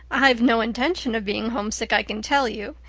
i've no intention of being homesick, i can tell you.